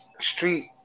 street